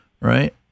right